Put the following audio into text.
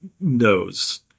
knows